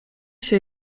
się